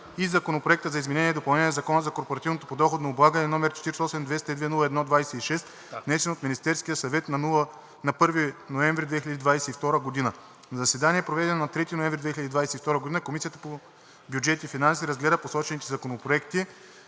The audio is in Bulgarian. и Законопроект за изменение и допълнение на Закона за корпоративното подоходно облагане, № 48-202-01-26, внесен от Министерския съвет на 1 ноември 2022 г. На заседание, проведено на 3 ноември 2022 г., Комисията по бюджет и финанси разгледа посочените законопроекти.